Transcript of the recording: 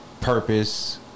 purpose